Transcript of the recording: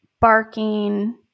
barking